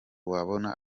wabona